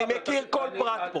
אני מכיר כל פרט בו.